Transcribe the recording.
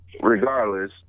Regardless